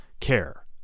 care